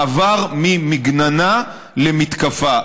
מעבר ממגננה למתקפה.